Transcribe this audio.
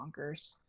bonkers